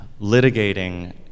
litigating